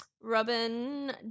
Robin